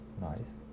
Nice